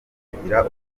agira